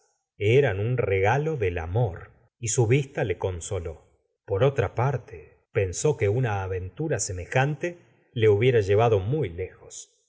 eran un regalo del amor y su vista le consoló por otra parte pensó que una aventura semejante le hubiera llevado muy lejos